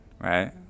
Right